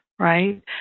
Right